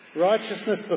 righteousness